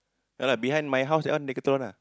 ya lah behind my house that one decathlon lah